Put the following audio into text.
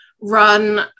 run